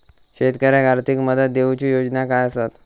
शेतकऱ्याक आर्थिक मदत देऊची योजना काय आसत?